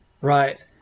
Right